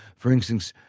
for instance,